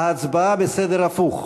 ההצבעה היא בסדר הפוך: